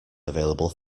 available